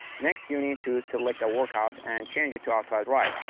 next, you need to select a workout, and change it to outside ride,